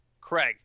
Craig